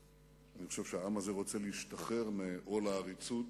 ואני חושב שהעם הזה רוצה להשתחרר מעול העריצות,